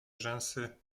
rzęsy